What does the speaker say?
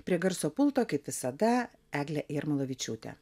prie garso pulto kaip visada eglė jarmolavičiūtė